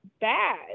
Bad